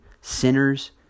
sinners